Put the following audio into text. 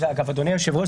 אדוני היושב-ראש,